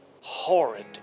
horrid